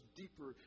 deeper